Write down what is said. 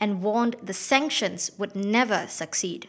and warned the sanctions would never succeed